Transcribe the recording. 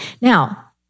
Now